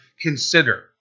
consider